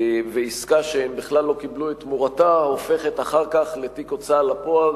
ועסקה שהם בכלל לא קיבלו את תמורתה הופכת לתיק הוצאה לפועל,